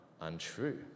untrue